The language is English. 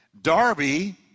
Darby